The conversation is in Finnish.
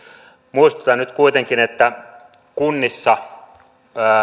muistutan nyt kuitenkin että kunnissa